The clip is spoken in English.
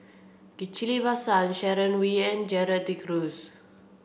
Ghillie Basan Sharon Wee and Gerald De Cruz